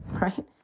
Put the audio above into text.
right